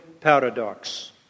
paradox